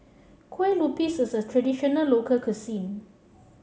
Kue Lupis is a traditional local cuisine